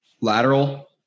Lateral